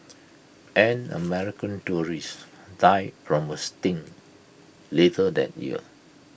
an American tourist died from A sting later that year